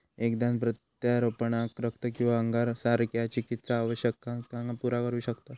एक दान प्रत्यारोपणाक रक्त किंवा अंगासारख्या चिकित्सा आवश्यकतांका पुरा करू शकता